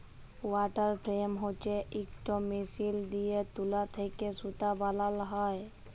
water frame হছে ইকট machine দিঁয়ে তুলা থ্যাকে সুতা বালাল হ্যয়